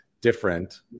different